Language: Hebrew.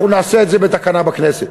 אנחנו נעשה את זה בתקנה בכנסת.